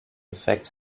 affect